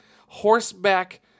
horseback